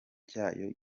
cyayo